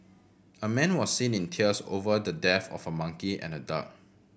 a man was seen in tears over the death of a monkey and a duck